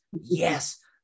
Yes